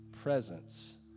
presence